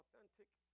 Authentic